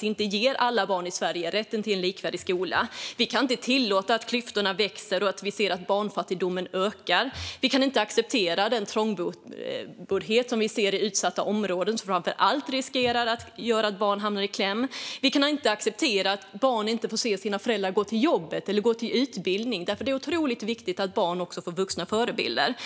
inte ger alla barn rätten till en likvärdig skola. Vi kan inte tillåta att klyftorna växer och att barnfattigdomen ökar. Vi kan inte acceptera den trångboddhet som vi ser i utsatta områden som framför allt gör att barn hamnar i kläm. Vi kan inte acceptera att barn inte får se sina föräldrar gå till jobb eller utbildning, för det är otroligt viktigt att barn också får vuxna förebilder.